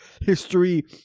history